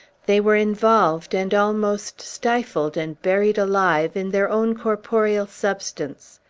they were involved, and almost stifled and buried alive, in their own corporeal substance.